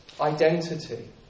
Identity